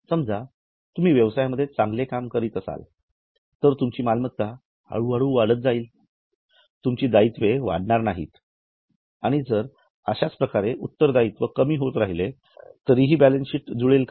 समजा तुम्ही व्यवसायामध्ये चांगले काम करत असाल तर तुमची मालमत्ता हळू हळू वाढत जाईल तुमची दायित्वे वाढणार नाही आणि जर अशाच प्रकारे उत्तरदायित्व कमी होत राहिले तरीही बॅलन्स शीट अजूनही जुळेल का